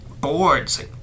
boards